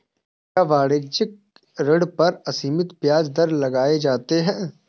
क्या वाणिज्यिक ऋण पर असीमित ब्याज दर लगाए जाते हैं?